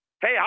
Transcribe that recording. Hey